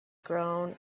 groan